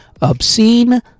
obscene